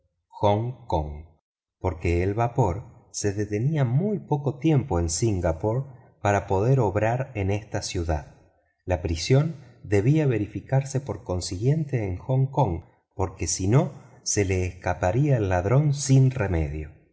hong kong porque el vapor se detenía muy poco tiempo en singapore para poder obrar en esta ciudad la prisión debía verificarse por consiguiente en hong kong porque si no se le escaparía el ladrón sin remedio